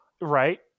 right